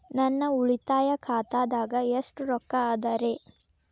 ನನ್ನ ಉಳಿತಾಯ ಖಾತಾದಾಗ ಎಷ್ಟ ರೊಕ್ಕ ಅದ ರೇ?